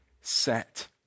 set